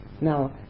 now